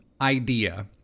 idea